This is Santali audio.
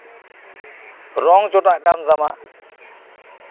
ᱨᱚᱝ ᱪᱚᱴᱟᱜ ᱠᱟᱱ ᱛᱟᱢᱟ